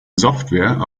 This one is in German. software